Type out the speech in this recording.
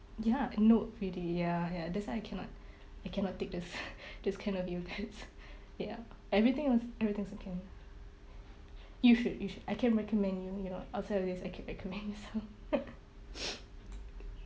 ya no really ya ya that's why I cannot I cannot take this this kind of yogurts ya everything was everything's okay you should you should I can recommend you you know outside of this I can recommend you some